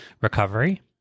recovery